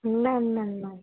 இல்லை இல்லை இல்லை